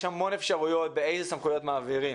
המון אפשרויות באיזה סמכויות מעבירים,